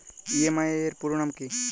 EMI এর পুরোনাম কী?